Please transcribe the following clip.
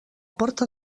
porta